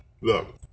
Look